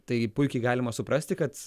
taigi puikiai galima suprasti kad